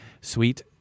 Sweet